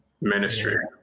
ministry